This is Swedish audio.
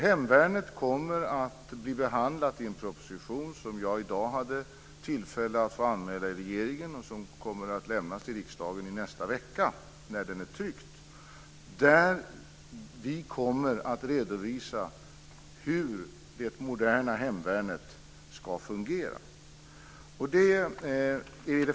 Hemvärnet kommer att behandlas i en proposition som jag i dag hade tillfälle att anmäla i regeringen och som kommer att lämnas till riksdagen i nästa vecka när den är tryckt. Där kommer vi att redovisa hur det moderna hemvärnet ska fungera.